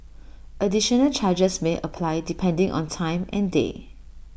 additional charges may apply depending on time and day